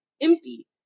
empty